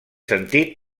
sentit